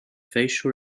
facial